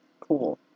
Cool